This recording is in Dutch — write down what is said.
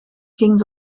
ging